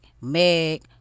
Meg